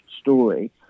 story